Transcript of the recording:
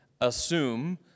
assume